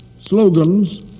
slogans